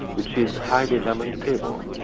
which is highly lamentable.